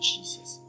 Jesus